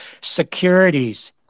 Securities